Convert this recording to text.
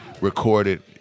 recorded